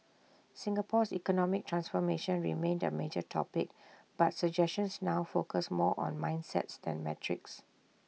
Singapore's economic transformation remained A major topic but suggestions now focused more on mindsets than metrics